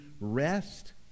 rest